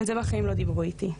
על זה בחיים לא דיברו איתי.